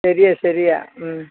ശരിയാ ശരിയാ